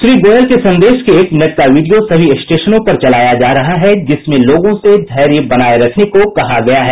श्री गोयल के संदेश के एक मिनट का वीडियो सभी स्टेशनों पर चलाया जा रहा है जिसमें लोगों से धैर्य बनाये रखने को कहा गया है